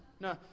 no